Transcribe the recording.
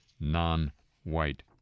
non-white